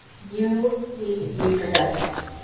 you need to use your judgment.